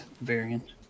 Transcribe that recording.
variant